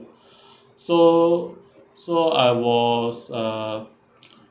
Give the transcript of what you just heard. so so I was uh